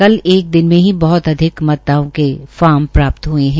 कल एक दिन में ही बहत अधिक मतदाताओं के फार्म प्राप्त हुए हैं